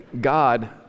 God